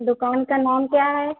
दुकान का नाम क्या है